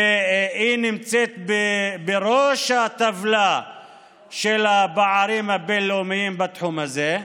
והיא נמצאת בראש הטבלה של הפערים הבין-לאומיים בתחום הזה.